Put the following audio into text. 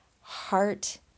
heart